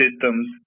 systems